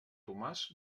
tomàs